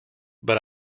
but